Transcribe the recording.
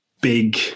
big